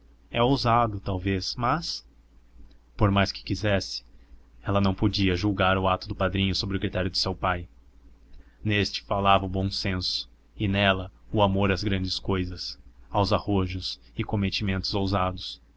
é ousado talvez mas por mais que quisesse ela não podia julgar o ato do padrinho sob o critério de seu pai neste falava o bom senso e nela o amor às grandes cousas aos arrojos e cometidos ousados